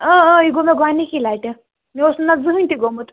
یہ گوٚو مےٚ گۄڈٕنِکی لٹہِ مےٚ اوس نہٕ نتہٕ زٕنٛہٕے تہِ گومُت